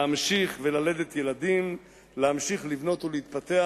להמשיך וללדת ילדים, להמשיך לבנות ולהתפתח,